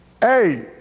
hey